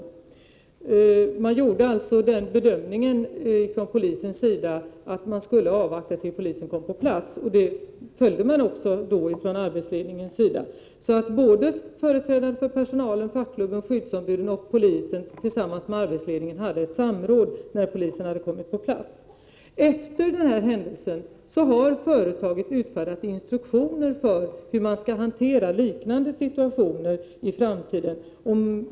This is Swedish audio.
Polisen gjorde alltså den bedömningen att man skulle avvakta tills polisen kom på plats. Det rådet följde man från arbetsledningens sida. Företrädare för personalen, fackklubben, skyddsombuden och polisen tillsammans med arbetsledningen hade ett samråd när polisen hade kommit till platsen. Efter denna händelse har företaget utfärdat instruktioner för hur man skall hantera liknande situationer i framtiden.